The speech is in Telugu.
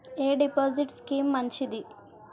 ఎ డిపాజిట్ స్కీం మంచిది?